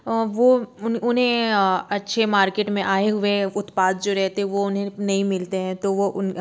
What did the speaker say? वो उन्हें अच्छे मार्केट में आए हुए उत्पाद जो रहते है वो उन्हें नहीं मिलते तो वो